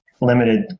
limited